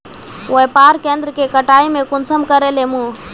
व्यापार केन्द्र के कटाई में कुंसम करे लेमु?